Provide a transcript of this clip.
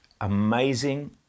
amazing